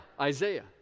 Isaiah